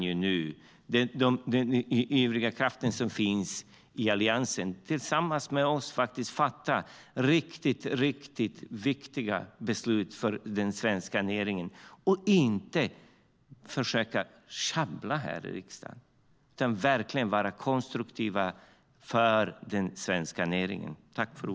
Jag hoppas, herr talman, att Alliansen med dess ivriga kraft tillsammans med oss fattar riktigt viktiga beslut för den svenska näringen i stället för att käbbla här i riksdagen. Vi måste verkligen vara konstruktiva för den svenska näringens skull.